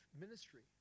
ministry